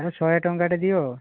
ଆଉ ଶହେ ଟଙ୍କାଟେ ଦିଅ